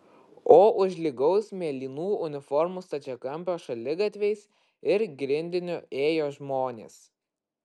o už lygaus mėlynų uniformų stačiakampio šaligatviais ir grindiniu ėjo žmonės